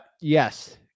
Yes